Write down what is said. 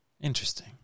Interesting